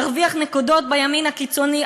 תרוויח נקודות בימין הקיצוני,